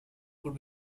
could